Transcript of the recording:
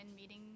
meeting